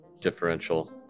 differential